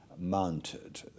mounted